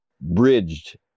bridged